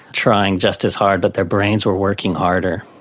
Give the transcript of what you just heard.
trying just as hard, but their brains were working harder.